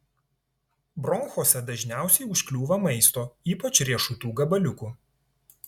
bronchuose dažniausiai užkliūva maisto ypač riešutų gabaliukų